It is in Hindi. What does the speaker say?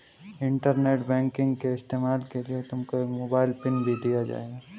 इंटरनेट बैंकिंग के इस्तेमाल के लिए तुमको एक मोबाइल पिन भी दिया जाएगा